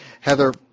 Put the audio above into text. Heather